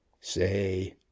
Say